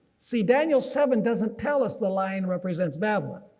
see, daniel seven doesn't tell us the lion represents babylon.